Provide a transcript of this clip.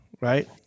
right